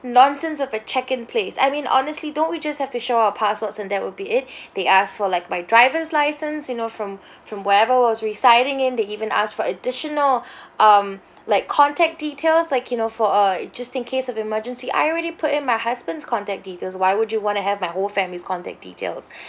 nonsense of a check in place I mean honestly don't we just have to show our passports and that would be it they asked for like my driver's license you know from from wherever I was residing in they even asked for additional um like contact details like you know for uh just in case of emergency I already put in my husband's contact details why would you want to have my whole family's contact details